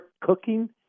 cooking